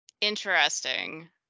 interesting